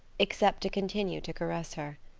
except to continue to caress her.